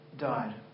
Died